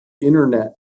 internet